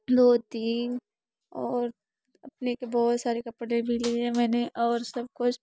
धोती और अपने बहुत सारे कपड़े भी लिए हैं मैंने और सब कुछ